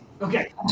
Okay